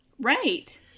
Right